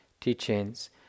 teachings